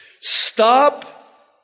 stop